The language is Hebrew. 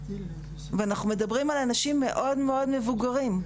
ואנחנו מדברים על אנשים מאוד מבוגרים,